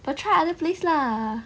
but try other place lah